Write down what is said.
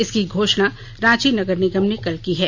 इसकी घोशणा रांची नगर निगम ने कल की है